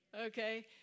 Okay